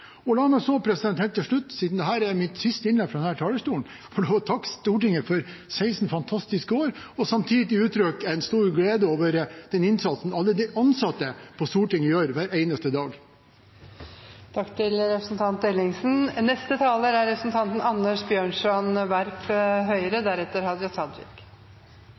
selvfølge. La meg helt til slutt – siden dette er mitt siste innlegg fra denne talerstolen – få lov til å takke Stortinget for 16 fantastiske år og samtidig gi uttrykk for en stor glede over den innsatsen alle de ansatte på Stortinget gjør hver eneste dag.